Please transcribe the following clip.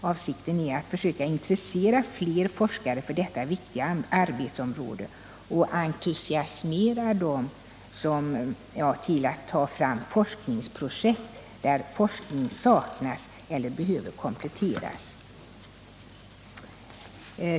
Avsikten är att försöka intressera flera forskare för detta viktiga arbetsområde och entusiasmera dem till att ta fram forskningsprojekt där forskning saknas eller behöver kompletteras.